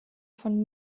von